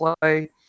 play